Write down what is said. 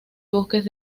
bosques